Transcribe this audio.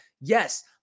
yes